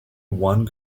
one